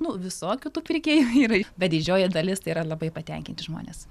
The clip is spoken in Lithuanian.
nu visokių tų pirkėjų yra bet didžioji dalis tai yra labai patenkinti žmonės